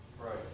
Right